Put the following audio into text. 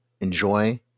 enjoy